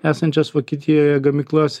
esančias vokietijoje gamyklas